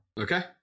Okay